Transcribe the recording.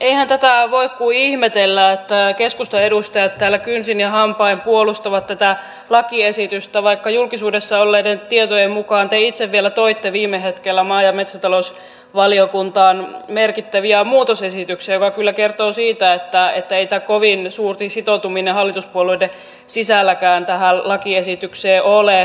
eihän tätä voi kuin ihmetellä että keskustan edustajat täällä kynsin ja hampain puolustavat tätä lakiesitystä vaikka julkisuudessa olleiden tietojen mukaan te itse vielä toitte viime hetkellä maa ja metsätalousvaliokuntaan merkittäviä muutosesityksiä mikä kyllä kertoo siitä että ei tässä kovin suurta sitoutumista hallituspuolueiden sisälläkään tähän lakiesitykseen ole